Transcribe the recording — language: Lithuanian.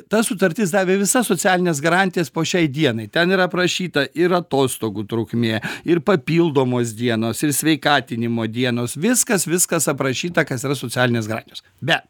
ta sutartis davė visas socialines garantijas po šiai dienai ten yra aprašyta ir atostogų trukmė ir papildomos dienos ir sveikatinimo dienos viskas viskas aprašyta kas yra socialinės garantijos bet